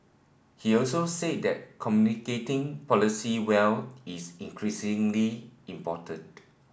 he also said that communicating policy well is increasingly important